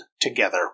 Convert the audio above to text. together